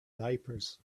diapers